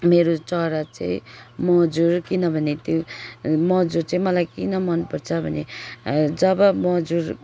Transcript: मेरो चरा चाहिँ मजुर किनभने त्यो मजुर चाहिँ मलाई किन मनपर्छ भने जब मजुर